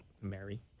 Mary